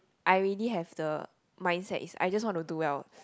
I already have the mindset is I just want to do well